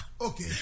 Okay